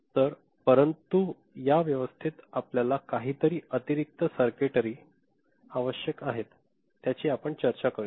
तर परंतु या व्यवस्थेत आपल्याला काही अतिरिक्त सर्कइतरी आवश्यक आहेत त्याची आपण चर्चा करूया